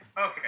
Okay